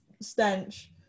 stench